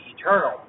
eternal